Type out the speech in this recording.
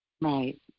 Right